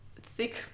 thick